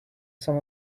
some